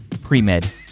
pre-med